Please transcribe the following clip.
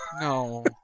No